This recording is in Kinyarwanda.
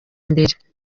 mbere